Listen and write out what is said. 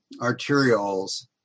arterioles